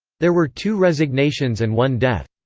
there were two resignations and one death.